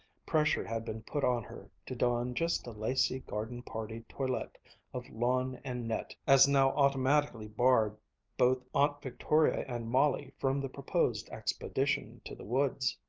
pressure had been put on her to don just a lacy, garden-party toilette of lawn and net as now automatically barred both aunt victoria and molly from the proposed expedition to the woods.